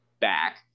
back